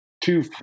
two